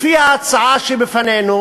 לפי ההצעה שבפנינו,